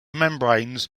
membranes